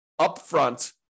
upfront